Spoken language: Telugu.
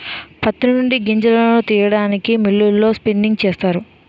ప్రత్తి నుంచి గింజలను తీయడానికి మిల్లులలో స్పిన్నింగ్ చేస్తారు